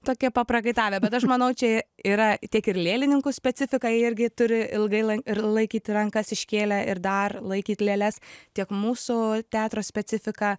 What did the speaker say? tokie paprakaitavę bet aš manau čia yra tiek ir lėlininkų specifika jie irgi turi ilgai ir laikyti rankas iškėlę ir dar laikyt lėles tiek mūsų teatro specifika